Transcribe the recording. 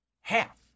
Half